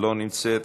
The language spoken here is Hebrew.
לא נמצאת,